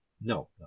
No